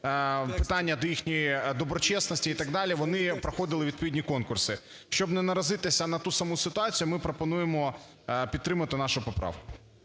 питання до їхньої доброчесності і так далі, вони проходили відповідні конкурси. Щоб не наразитися на ту саму ситуацію, ми пропонуємо підтримати нашу поправку.